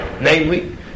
Namely